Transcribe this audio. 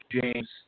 James